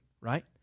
right